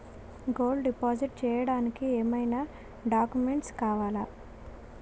Gold deposit చేయడానికి ఏమైనా documents కావాలా?